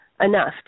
enough